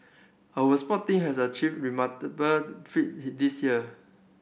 our sport team has a achieved remarkable feat this year